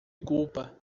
culpa